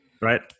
right